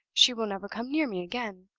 she will never come near me again.